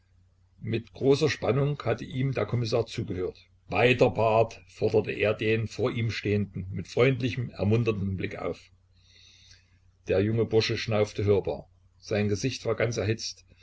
mit großer spannung hatte ihm der kommissar zugehört weiter barth forderte er den vor ihm stehenden mit freundlichem ermunterndem blick auf der junge bursche schnaufte hörbar sein gesicht war ganz erhitzt